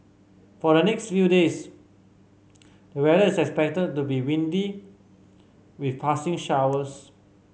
for the next few days the weather is expected to be windy with passing showers